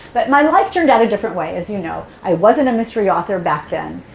but my life turned out a different way, as you know. i wasn't a mystery author back then.